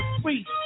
sweet